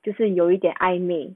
就是有一点暧昧